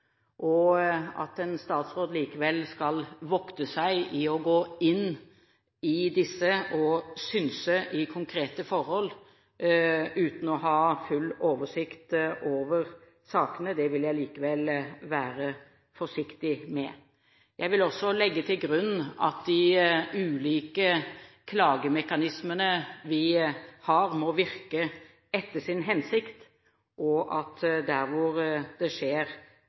En statsråd skal likevel vokte seg for å gå inn i disse og synse i konkrete forhold uten å ha full oversikt over sakene. Det vil jeg være forsiktig med. Jeg vil også legge til grunn at de ulike klagemekanismene vi har, må virke etter sin hensikt, og at der hvor det skjer